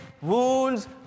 wounds